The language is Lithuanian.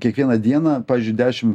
kiekvieną dieną pavyzdžiui dešim